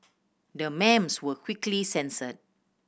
the memes were quickly censored